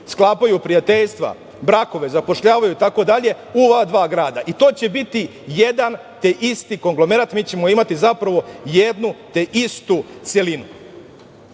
sklapaju prijateljstva, brakove, zapošljavaju itd. u ova dva grada. To će biti jedan te isti konglomerat. Mi ćemo imati zapravo jednu te istu celinu.